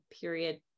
period